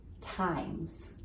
times